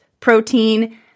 protein